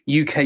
UK